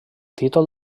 títol